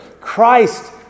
Christ